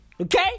okay